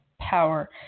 power